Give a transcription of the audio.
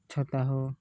ଛତା ହେଉ